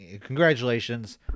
Congratulations